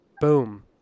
Boom